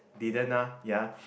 didn't ah ya